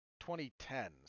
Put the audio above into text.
2010s